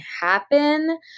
happen